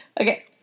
Okay